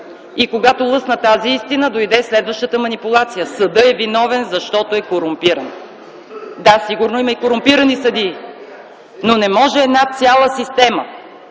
И когато лъсна тази истина, дойде следващата манипулация – съдът е виновен, защото е корумпиран. Да, сигурно има и корумпирани съдии, но не може една цяла система